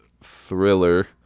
thriller